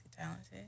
talented